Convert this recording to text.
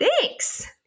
Thanks